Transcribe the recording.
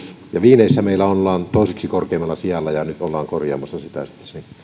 viineissä meillä ollaan toiseksi korkeimmalla sijalla ja nyt ollaan korjaamassa sitä sitten